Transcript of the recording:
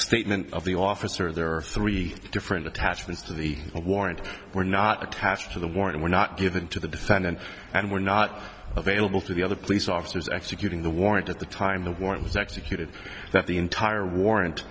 statement of the officer there are three different attachments to the warrant were not attached to the warrant were not given to the defendant and were not available to the other police officers executing the warrant at the time the warrant was executed that the entire warrant